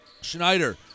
Schneider